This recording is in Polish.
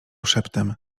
szeptem